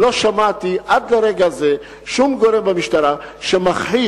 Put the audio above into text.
ולא שמעתי עד לרגע זה שום גורם במשטרה שמכחיש,